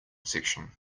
section